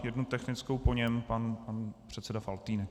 Jednu technickou, po něm pan předseda Faltýnek.